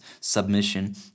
submission